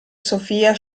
sofia